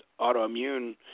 autoimmune